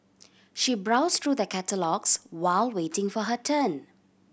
she browsed through the catalogues while waiting for her turn